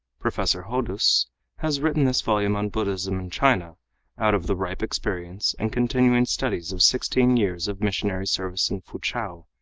professor hodous has written this volume on buddhism in china out of the ripe experience and continuing studies of sixteen years of missionary service in foochow,